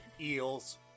Eels